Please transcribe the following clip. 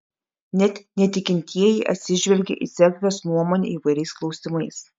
net netikintieji atsižvelgia į cerkvės nuomonę įvairiais klausimais